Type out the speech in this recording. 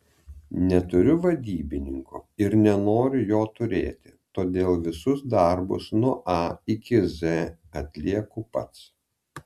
neturiu vadybininko ir nenoriu jo turėti todėl visus darbus nuo a iki z atlieku pats